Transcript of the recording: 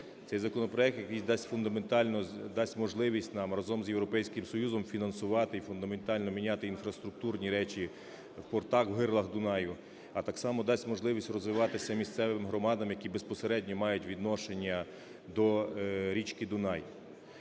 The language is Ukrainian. фундаментальну, дасть можливість нам разом з Європейським Союзом фінансувати і фундаментально міняти інфраструктурні речі в портах в гирлах Дунаю, а так само дасть можливість розвиватися місцевим громадам, які безпосередньо мають відношення до річки Дунай.